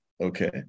okay